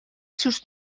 sus